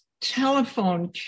telephone